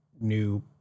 new